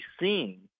seeing